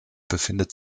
befindet